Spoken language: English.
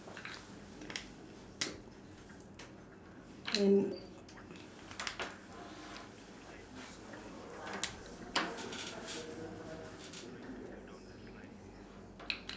and